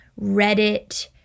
Reddit